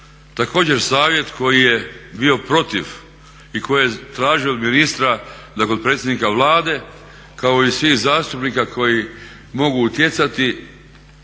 Također savjet koji je bio protiv i koji je tražio od ministra da kod predsjednika Vlade kao i svih zastupnika koji mogu utjecati